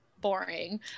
boring